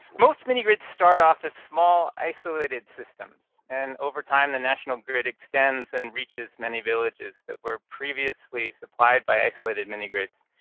most mini-grids start off as small isolated systems, and over time, the national grid extends and reaches many villages that were previously supplied by isolated mini-grids.